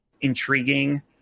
intriguing